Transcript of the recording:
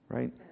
Right